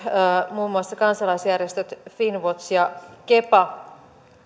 muun muassa kansalaisjärjestöt finn watch ja kepa